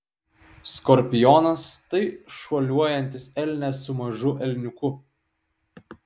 skorpionas tai šuoliuojantis elnias su mažu elniuku